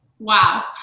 Wow